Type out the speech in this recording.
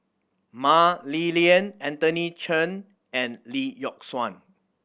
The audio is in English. Mah Li Lian Anthony Chen and Lee Yock Suan